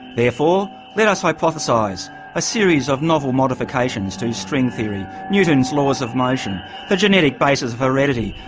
therefore, let us hypothesise a series of novel modifications to string theory, newton's laws of motion the genetic basis of heredity,